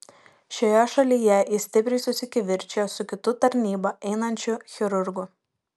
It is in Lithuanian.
šioje šalyje jis stipriai susikivirčijo su kitu tarnybą einančiu chirurgu